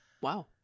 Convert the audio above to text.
Wow